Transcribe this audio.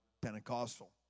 Pentecostal